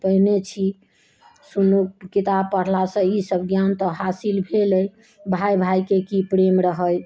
पयने छी सुनू किताब पढ़लासँ ईसभ ज्ञान तऽ हासिल भेल अइ भाय भायके की प्रेम रहय